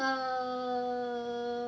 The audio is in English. err